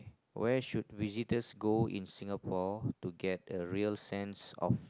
where should visitors go in singapore to get a real scene of